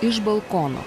iš balkono